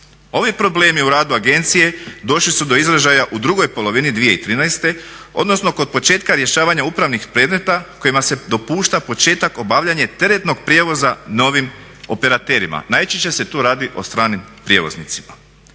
Ovi problemi u radu agencije došli su do izražaja u drugoj polovini 2013., odnosno kod početka rješavanja upravnih predmeta u kojima se dopušta početak, obavljanje teretnog prijevoza na ovim operaterima, najčešće se tu radi o stranim prijevoznicima.